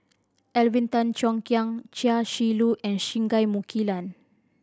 Alvin Tan Cheong Kheng Chia Shi Lu and Singai Mukilan